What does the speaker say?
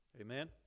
Amen